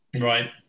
Right